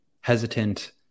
hesitant